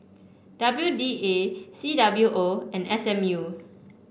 W D A C W O and S M U